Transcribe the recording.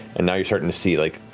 and now you're starting see like